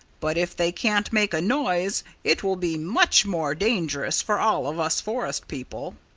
but if they can't make a noise it will be much more dangerous for all of us forest-people.